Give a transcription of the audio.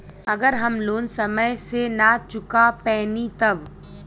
अगर हम लोन समय से ना चुका पैनी तब?